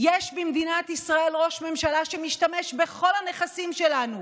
יש במדינת ישראל ראש ממשלה שמשתמש בכל הנכסים שלנו,